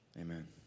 Amen